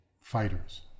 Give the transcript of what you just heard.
fighters